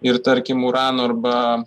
ir tarkim urano arba